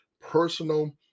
personal